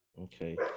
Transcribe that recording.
Okay